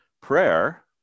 prayer